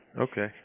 okay